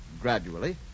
Gradually